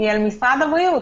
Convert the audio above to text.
על משרד הבריאות.